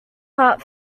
heart